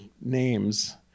names